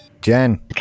Jen